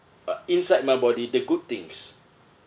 uh inside my body the good things